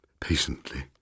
patiently